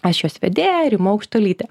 aš jos vedėja rima aukštuolytė